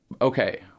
Okay